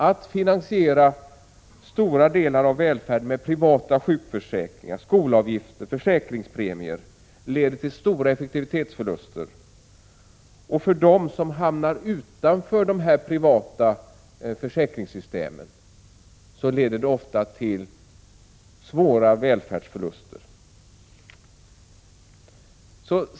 Att finansiera stora delar av välfärden med privata sjukförsäkringar, skolavgifter och försäkringspremier leder till stora effektivitetsförluster, och de som hamnar utanför de privata försäkringssystemen drabbas ofta av svåra välfärdsförluster.